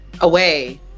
away